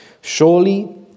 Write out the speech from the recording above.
Surely